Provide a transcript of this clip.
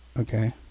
Okay